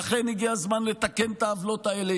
לכן, הגיע הזמן לתקן את העוולות האלה.